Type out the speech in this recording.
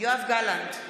יואב גלנט,